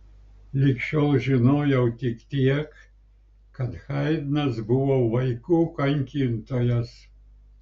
lig šiol žinojau tik tiek kad haidnas buvo vaikų kankintojas